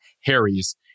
Harry's